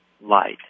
light